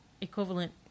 equivalent